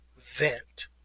vent